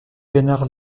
bernard